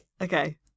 Okay